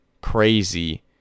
crazy